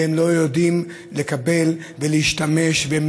והם לא יודעים לקבל ולהשתמש,